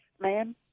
Ma'am